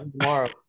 tomorrow